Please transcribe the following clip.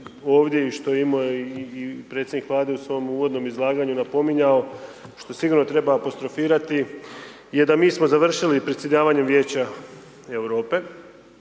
ovdje i što je imao i predsjednik vlade u svom uvodnom izlaganju napominjao što sigurno treba apostrofirati, je da mi smo završili predsjedavanje Vijeće Europe